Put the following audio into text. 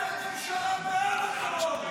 אתם ממשלה בעד הטרור.